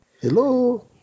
Hello